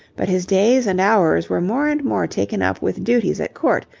but his days and hours were more and more taken up with duties at court,